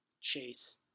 chase